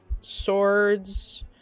swords